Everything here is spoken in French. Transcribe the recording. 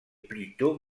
plutôt